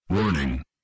Warning